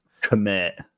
Commit